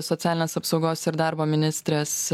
socialinės apsaugos ir darbo ministrės